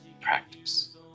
practice